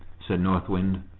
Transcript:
said north wind,